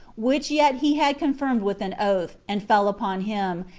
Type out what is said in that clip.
which yet he had confirmed with an oath, and fell upon him,